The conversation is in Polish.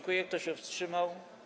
Kto się wstrzymał?